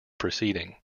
proceeding